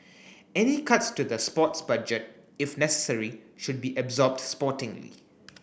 any cuts to the sports budget if necessary should be absorbed sportingly